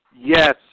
Yes